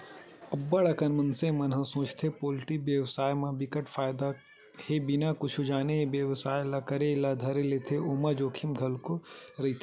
अब्ब्ड़ अकन मनसे मन सोचथे पोल्टी बेवसाय म बिकट के फायदा हे बिना कुछु जाने ए बेवसाय ल करे ल धर लेथे ओमा जोखिम घलोक रहिथे